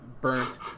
burnt